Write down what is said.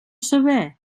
saber